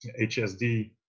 HSD